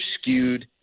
skewed